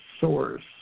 source